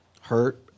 hurt